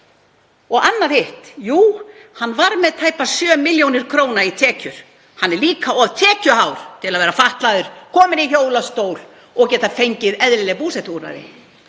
er annað: Hann var með tæpar 7 millj. kr. í tekjur. Hann er líka of tekjuhár til að vera fatlaður, kominn í hjólastól og geta fengið eðlileg búsetuúrræði.